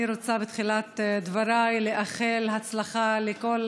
אני רוצה בתחילת דבריי לאחל הצלחה לכל